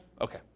Okay